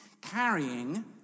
carrying